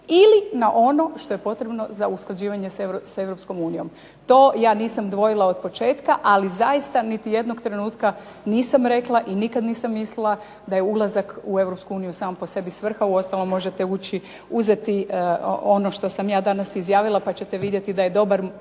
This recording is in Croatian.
ili na ono što je potrebno za usklađivanje s Europskom unijom. To ja nisam dvojila od početka, ali zaista niti nijednog trenutka nisam rekla i nikada nisam mislila da je ulazak u Europsku uniju sam po sebi svrha. Uostalom možete uzeti ono što sam ja danas izjavila pa ćete vidjeti da je dobar